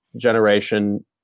generation